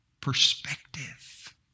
perspective